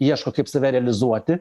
ieško kaip save realizuoti